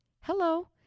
hello